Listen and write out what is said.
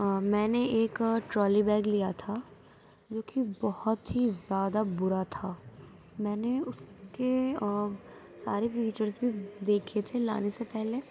میں نے ایک ٹرالی بیگ لیا تھا جو کہ بہت ہی زیادہ برا تھا میں نے اس کے سارے فیچرس بھی دیکھے تھے لانے سے پہلے